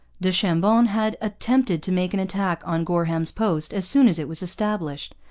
du chambon had attempted to make an attack on gorham's post as soon as it was established.